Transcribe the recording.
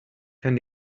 kann